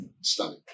stunning